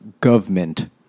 government